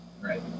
Right